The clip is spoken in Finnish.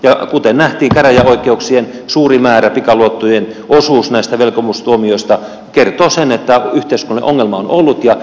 ja kuten nähtiin pikaluottojen suuri osuus näistä velkomustuomioista käräjäoikeuksissa kertoo sen että yhteiskunnallinen ongelma on ollut ja nyt sitä pystytään korjaamaan